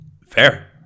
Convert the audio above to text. fair